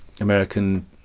American